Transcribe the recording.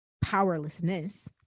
powerlessness